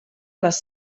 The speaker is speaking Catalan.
les